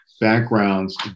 backgrounds